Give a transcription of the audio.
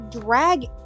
Drag